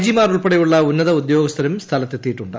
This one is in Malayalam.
ജിമാർ ഉൾപ്പെടെയുള്ള ഉന്നത ഉദ്യോഗസ്ഥരും സ്ഥലത്തെത്തിയിട്ടുണ്ട്